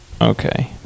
okay